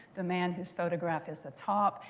the man whose photograph is the top.